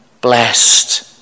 blessed